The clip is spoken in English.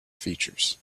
features